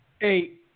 Eight